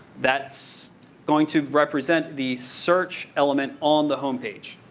that's going to represent the search element on the home page.